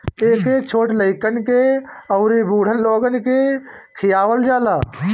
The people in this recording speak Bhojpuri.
एके छोट लइकन के अउरी बूढ़ लोगन के खियावल जाला